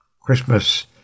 Christmas